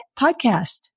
podcast